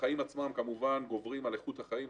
החיים עצמם גוברים על איכות החיים.